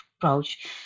approach